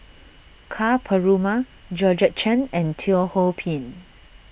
Ka Perumal Georgette Chen and Teo Ho Pin